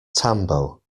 tambo